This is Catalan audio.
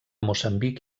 moçambic